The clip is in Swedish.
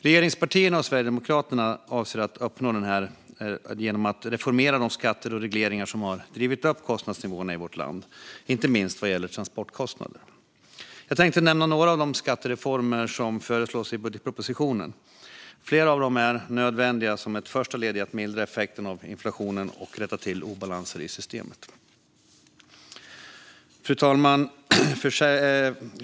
Regeringspartierna och Sverigedemokraterna avser att uppnå detta genom att reformera de skatter och regleringar som har drivit upp kostnadsnivåerna i vårt land, inte minst vad gäller transportkostnader. Jag tänkte nämna några av de skattereformer som föreslås i budgetpropositionen. Flera av dem är nödvändiga som ett första led i att mildra effekten av inflationen och rätta till obalanser i systemet. Fru talman!